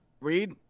read